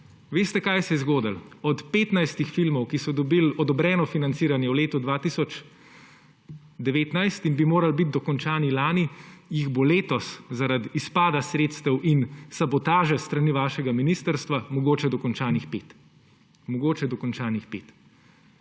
Veste, kaj se je zgodilo? Od 15 filmov, ki so dobili odobreno financiranje v letu 2019 in bi morali biti dokončani lani, jih bo letos zaradi izpada sredstev in sabotaže s strani vašega ministrstva mogoče dokončanih pet. Mogoče dokončanih pet.